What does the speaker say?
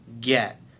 get